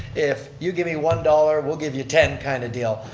if you give me one dollar, we'll give you ten kind of deal.